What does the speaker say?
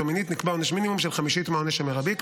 שמקורה בהצעת חוק פרטית שיזם חבר הכנסת אופיר כץ.